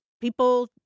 people